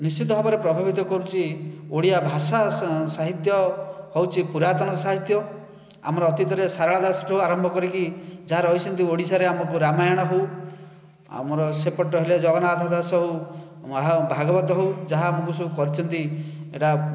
ନିଶ୍ଚିତ ଭାବରେ ପ୍ରଭାବିତ କରୁଛି ଓଡିଆ ଭାଷା ଓ ସାହିତ୍ୟ ହେଉଛି ପୁରାତନ ସାହିତ୍ୟ ଆମର ଅତୀତରେ ଶାରଳା ଦାସଠୁ ଆରମ୍ଭ କରିକି ଯାହା ରହିଛନ୍ତି ଓଡିଶାରେ ଆମକୁ ରାମାୟଣ ହେଉ ଆମର ସେପଟେ ହେଲେ ଜଗନ୍ନାଥ ଦାସ ହେଉ ମହା ଭାଗବତ ହେଉ ଯାହା ଆମକୁ ସବୁ କରିଛନ୍ତି ଏଇଟା